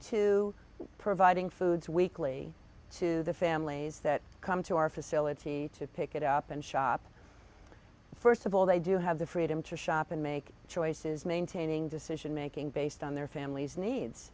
to providing foods weekly to the families that come to our facility to pick it up and shop first of all they do have the freedom to shop and make choices maintaining decision making based on their family's needs